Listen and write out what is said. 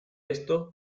esto